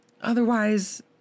otherwise